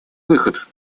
выход